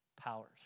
powers